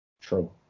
True